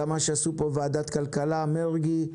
גם מה שעשו פה בוועדת כלכלה בראשות מרגי.